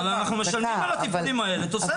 אבל אנחנו משלמים על הטיפולים האלה תוספת.